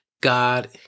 God